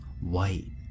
white